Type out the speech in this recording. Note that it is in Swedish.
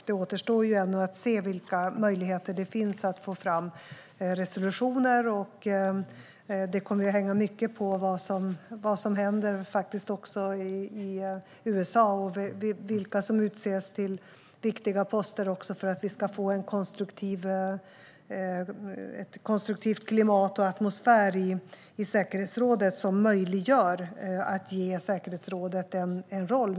Det återstår ännu att se vilka möjligheter det finns att få fram resolutioner. Det hänger mycket på vad som händer i USA och vilka som kommer att utses till viktiga poster om vi ska få ett konstruktivt klimat och en atmosfär i säkerhetsrådet som möjliggör att säkerhetsrådet får en roll.